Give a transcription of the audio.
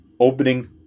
Opening